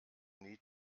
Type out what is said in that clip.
need